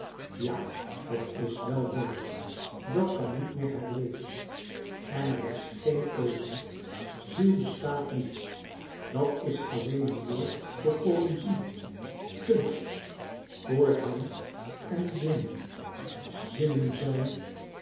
ja het is wel dood dat kan niet meer herleven en er is geen keuze ziel bestaat niet dat is alleen een woord voor poëzie kunst voor hém en zinnen zinnen zijn